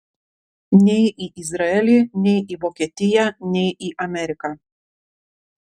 nei į izraelį nei į vokietiją nei į ameriką